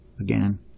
Again